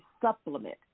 supplement